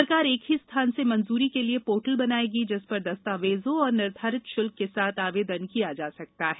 सरकार एक ही स्थान से मंजूरी के लिए पोर्टल बनाएगी जिस पर दस्तावेजों और निर्धारित शुल्क के साथ आवेदन किया जा सकता है